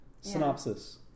Synopsis